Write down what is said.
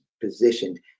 positioned